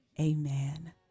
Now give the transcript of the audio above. Amen